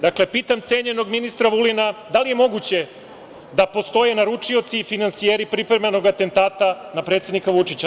Dakle, pitam cenjenog ministra Vulina, da li je moguće da postoje naručioci i finansijeri pripremljenog atentata na predsednika Vučića?